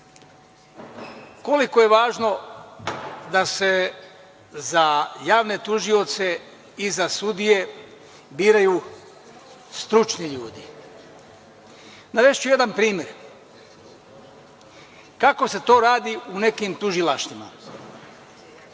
je važno da se za javne tužioce i za sudije biraju stručni ljudi, navešću jedan primer kako se to radi u nekim tužilaštvima.